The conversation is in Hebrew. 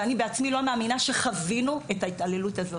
ואני בעצמי לא מאמינה שחווינו את ההתעללות הזאת.